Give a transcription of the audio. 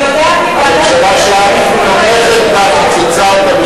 אני יודעת, כי אנחנו עזרנו לבנות אותו.